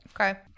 Okay